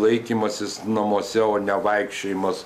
laikymasis namuose o ne vaikščiojimas